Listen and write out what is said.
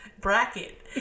bracket